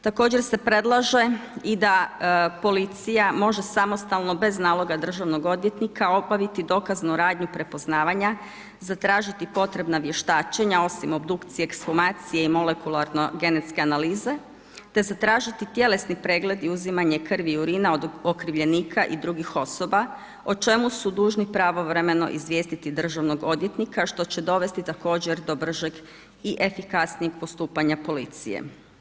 Također se predlaže i da policija može samostalno bez naloga državnog odvjetnika obaviti dokaznu radnju prepoznavanja, zatražiti potrebna vještačenja osim obdukcije, ekshumacije i molekularno genetske analize te zatražiti tjelesni pregled i uzimanje krvi i urina od okrivljenika i drugih osoba o čemu su dužni pravovremeno izvijestiti državnog odvjetnika što će dovesti također do bržeg i efikasnijeg postupanja policije.